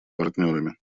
партнерами